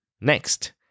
Next